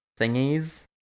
thingies